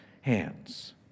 hands